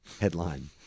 Headline